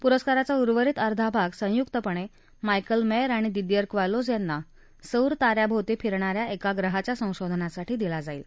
पुरस्काराचा उर्वरित अर्धा भागा संयुक्तपण मायकले मध्त आणि दिदिअर क्वॅलोज यांना सौर ता याभोवती फिरणा या एका ग्रहाच्या संशोधनासाठी दिला जाईल